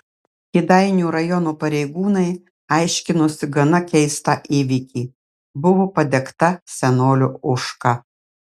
kėdainių rajono pareigūnai aiškinosi gana keistą įvykį buvo padegta senolio ožka